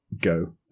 Go